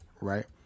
right